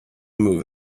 move